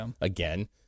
again